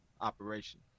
operation